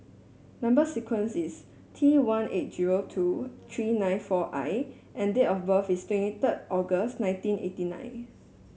number sequence is T one eight zero two three nine four I and date of birth is twenty third August nineteen eighty nine